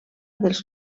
dels